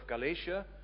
Galatia